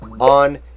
on